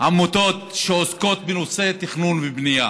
עמותות שעוסקות בנושא תכנון ובנייה.